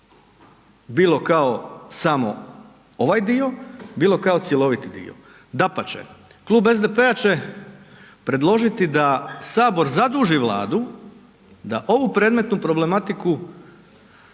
bilo kao samo ovaj dio, bilo kao cjeloviti dio. Dapače Klub SDP-a će predložiti da sabor zaduži vladu da ovu predmetnu problematiku